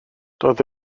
doedd